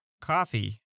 coffee